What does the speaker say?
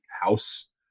house